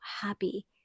happy